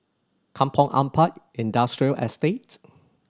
Kampong Ampat Industrial Estate